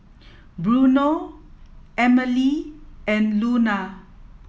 Bruno Emely and Luna